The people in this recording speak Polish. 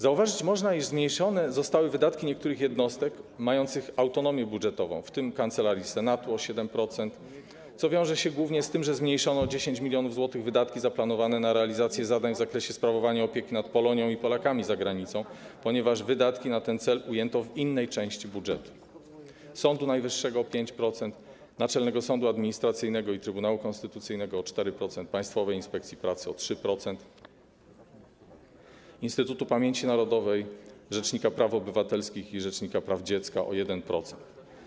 Zauważyć można, iż zmniejszone zostały wydatki niektórych jednostek mających autonomię budżetową, w tym: Kancelarii Senatu - o 7%, co wiąże się głównie z tym, że o 10 mln zł zmniejszono wydatki zaplanowane na realizację zadań w zakresie sprawowania opieki nad Polonią i Polakami za granicą, ponieważ wydatki na ten cel ujęto w innej części budżetu; Sądu Najwyższego - o 5%; Naczelnego Sądu Administracyjnego i Trybunału Konstytucyjnego - o 4%; Państwowej Inspekcji Pracy - o 3%; Instytutu Pamięci Narodowej, rzecznika praw obywatelskich i rzecznika praw dziecka - o 1%.